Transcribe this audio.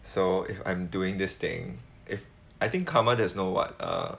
so if I'm doing this thing if I think karma there's no what um